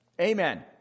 Amen